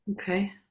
Okay